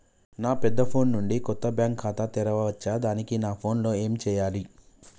నా పెద్ద ఫోన్ నుండి కొత్త బ్యాంక్ ఖాతా తెరవచ్చా? దానికి నా ఫోన్ లో ఏం చేయాలి?